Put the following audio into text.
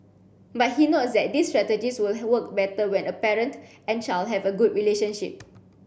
but he notes that these strategies will work better when a parent and child have a good relationship